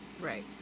right